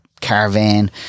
caravan